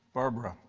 barbara,